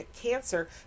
cancer